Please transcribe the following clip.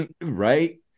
Right